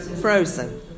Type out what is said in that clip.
Frozen